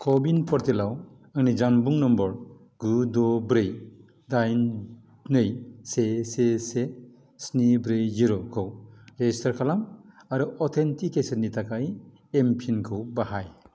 क' विन पर्टेलाव आंनि जानबुं नम्बर गु द' ब्रै दाइन नै से से से स्नि ब्रै जिर' खौ रेजिस्टार खालाम आरो अथेन्टिकेसननि थाखाय एम पिन खौ बाहाय